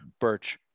Birch